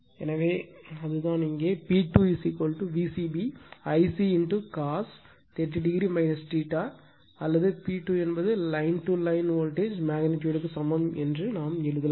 எனவே அதுதான் இங்கே P2 Vcb Ic cos எனவே இது cos 30 o cos 30 o அல்லது P2 என்பது லைன் லைன் வோல்டேஜ் மெக்னிட்யூடு சமம் என்று நாம் எழுதலாம்